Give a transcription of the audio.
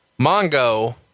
Mongo